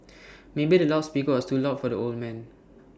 maybe the loud speaker was too loud for the old man